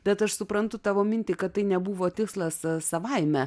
bet aš suprantu tavo mintį kad tai nebuvo tikslas savaime